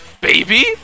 baby